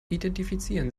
identifizieren